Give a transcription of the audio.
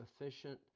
efficient